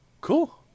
Cool